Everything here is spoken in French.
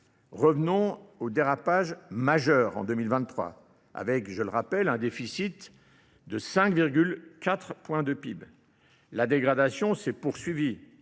Revenons au dérapage majeur en 2023 avec, je le rappelle, un déficit de 5,4 points de PIB. La dégradation s'est poursuivie